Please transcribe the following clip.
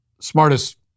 smartest